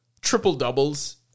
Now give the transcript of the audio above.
triple-doubles